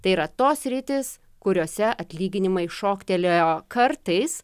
tai yra tos sritys kuriose atlyginimai šoktelėjo kartais